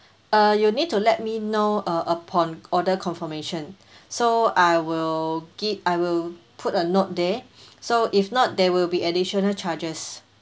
uh you need to let me know uh upon order confirmation so I will give I will put a note there so if not there will be additional charges